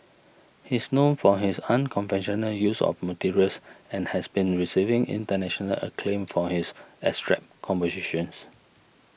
he is known for his unconventional use of materials and has been receiving international acclaim for his abstract compositions